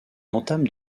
entame